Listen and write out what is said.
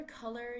color